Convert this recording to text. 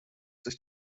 sich